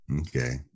Okay